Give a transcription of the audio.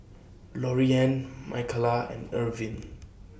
Loriann Micaela and Irvine